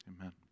Amen